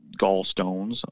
gallstones